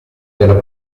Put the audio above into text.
della